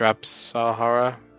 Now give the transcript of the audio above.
Sahara